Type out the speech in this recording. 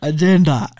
Agenda